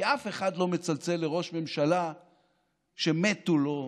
כי אף אחד לא מצלצל לראש ממשלה שמתו לו,